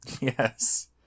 Yes